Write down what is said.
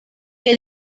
que